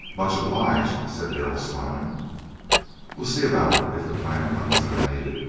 much obliged, said darrell, smiling we'll see about it if the time comes that i need it.